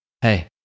Hey